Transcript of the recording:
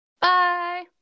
Bye